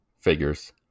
Figures